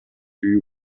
үйү